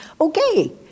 Okay